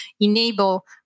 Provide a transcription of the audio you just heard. enable